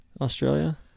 Australia